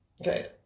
Okay